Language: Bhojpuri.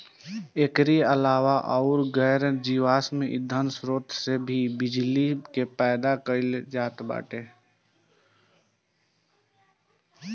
एकरी अलावा अउर गैर जीवाश्म ईधन स्रोत से भी बिजली के पैदा कईल जात बाटे